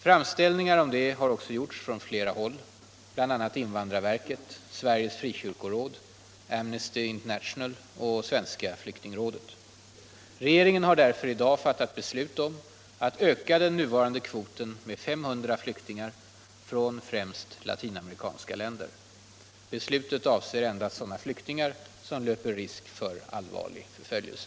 Framställningar härom har också gjorts från flera håll, bl.a. av invandrarverket, Sveriges frikyrkoråd, Amnesty International och Sveriges flyktingråd. Regeringen har därför i dag fattat beslut om att öka den nuvarande kvoten med 500 flyktingar från främst latinamerikanska länder. Beslutet avser endast sådana flyktingar som löper risk för allvarlig förföljelse.